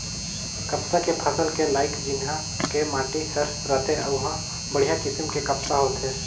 कपसा के फसल के लाइक जिन्हा के माटी हर रथे उंहा बड़िहा किसम के कपसा होथे